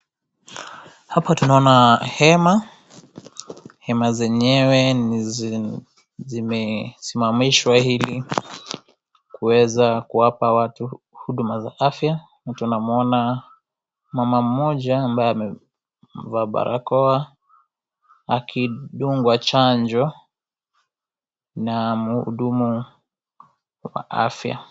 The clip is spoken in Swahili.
Hapa tunaona hema, hema zenyewe zimesimamishwa ili kuweza kuwapa watu huduma za afya tunamuona mama mmoja ambaye amevaa barakoa akidungwa chanjo na mhudumu wa afya.